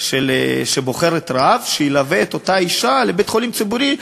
שבוחרת רב שילווה את אותה אישה לבית-חולים ציבורי,